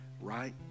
right